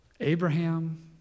Abraham